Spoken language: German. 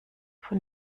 von